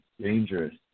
dangerous